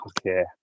Okay